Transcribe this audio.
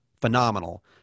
phenomenal